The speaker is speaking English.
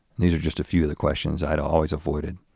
these are just a few of the questions i'd always avoided.